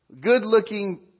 good-looking